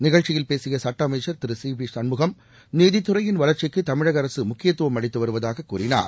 நிகழ்ச்சியில் பேசிய சுட்ட அமைச்சர் திரு சி வி சண்முகம் நீதித்துறையின் வளர்ச்சிக்கு தமிழக அரசு முக்கியத்துவம் அளித்து வருவதாக கூறினார்